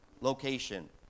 location